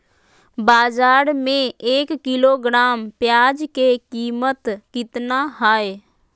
बाजार में एक किलोग्राम प्याज के कीमत कितना हाय?